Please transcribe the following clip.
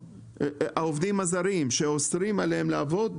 העובדים הזרים שאוסרים עליהם לעבוד,